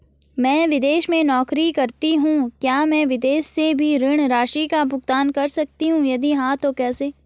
मैं विदेश में नौकरी करतीं हूँ क्या मैं विदेश से भी ऋण राशि का भुगतान कर सकती हूँ यदि हाँ तो कैसे?